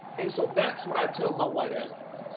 and so that's what i tell my white allies.